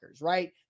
right